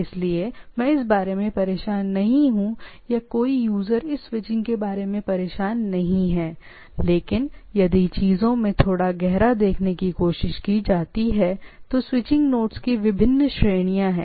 इसलिए मैं इस बारे में परेशान नहीं हूं या कोई यूजर इस स्विचिंग चीज़ के बारे में परेशान नहीं है लेकिन यदि आप देखते हैं कि चीजों में थोड़ा गहरा देखने की कोशिश की जाती है तो स्विचिंग नोड्स की विभिन्न श्रेणियां हैं